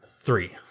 Three